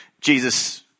Jesus